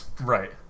Right